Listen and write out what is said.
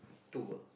two ah